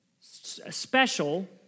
special